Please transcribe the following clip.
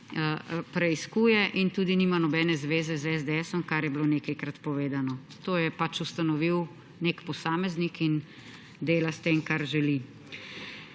preiskuje. In tudi nima nobene zveze s SDS, kar je bilo nekajkrat povedano. To je ustanovil nek posameznik in dela s tem, kar želi.